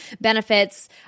benefits